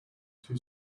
too